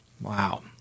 Wow